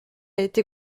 été